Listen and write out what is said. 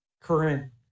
current